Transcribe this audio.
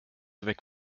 weg